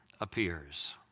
appears